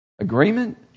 Agreement